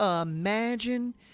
imagine